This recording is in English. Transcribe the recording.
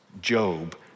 Job